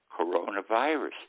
Coronavirus